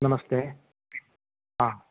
नमस्ते हा